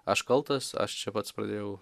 aš kaltas aš čia pats pradėjau